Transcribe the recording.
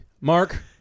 Mark